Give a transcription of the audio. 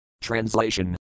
Translation